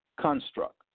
construct